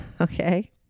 Okay